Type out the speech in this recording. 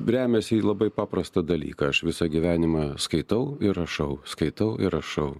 remiasi į labai paprastą dalyką aš visą gyvenimą skaitau ir rašau skaitau ir rašau